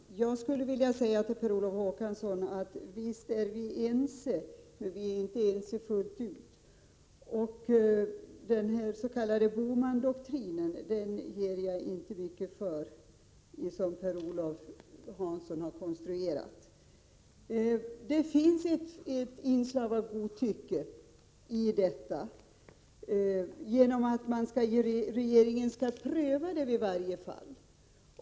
Herr talman! Jag skulle vilja säga till Per Olof Håkansson: Visst är vi ense, men vi är inte ense fullt ut. Den s.k. Bohmandoktrinen, som Per Olof Håkansson har konstruerat, ger jag inte mycket för. Det finns ett inslag av godtycke i detta genom att regeringen skall pröva varje fall.